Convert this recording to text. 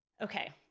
Okay